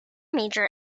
major